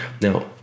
Now